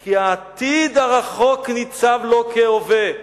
כי העתיד הרחוק ניצב לו כהווה.